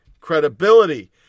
credibility